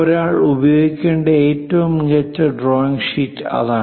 ഒരാൾ ഉപയോഗിക്കേണ്ട ഏറ്റവും മികച്ച ഡ്രോയിംഗ് ഷീറ്റ് അതാണ്